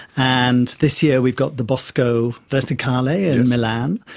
and this year we've got the bosco verticale in milan,